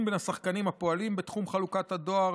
בין השחקנים הפועלים בתחום חלוקת הדואר,